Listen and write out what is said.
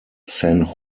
san